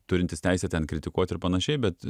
turintis teisę ten kritikuot ir panašiai bet